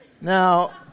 Now